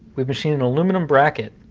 we've machined an aluminum bracket,